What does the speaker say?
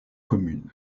commune